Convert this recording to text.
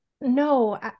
no